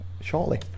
shortly